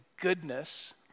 goodness